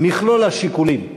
מכלול השיקולים,